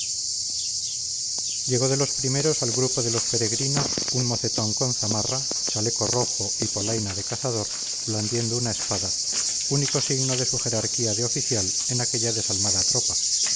llegó de los primeros al grupo de los peregrinos un mocetón con zamarra chaleco rojo y polaina de cazador blandiendo una espada único signo de su jerarquía de oficial en aquella desalmada tropa